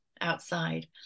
outside